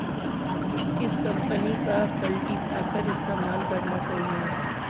किस कंपनी का कल्टीपैकर इस्तेमाल करना सही होगा?